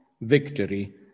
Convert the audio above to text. victory